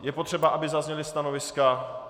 Je potřeba, aby zazněla stanoviska?